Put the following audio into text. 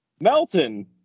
Melton